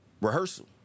rehearsal